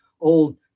old